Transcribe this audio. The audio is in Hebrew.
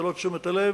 מלוא תשומת הלב